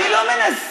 אני לא מנסה.